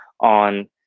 on